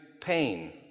pain